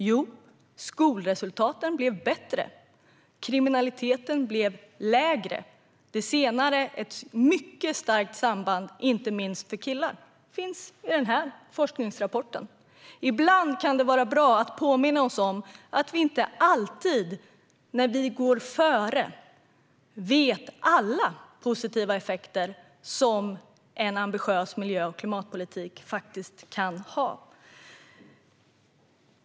Jo, skolresultaten blev bättre, och kriminaliteten blev lägre. Det senare hade ett mycket starkt samband, inte minst för killar. Detta finns i den forskningsrapport som jag håller i. Ibland kan det vara bra att påminna oss om att vi inte alltid, när vi går före, vet om alla positiva effekter som en ambitiös miljö och klimatpolitik kan ha.